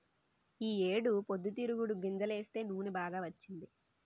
ఈ ఏడు పొద్దుతిరుగుడు గింజలేస్తే నూనె బాగా వచ్చింది